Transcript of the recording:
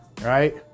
right